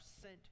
sent